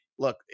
Look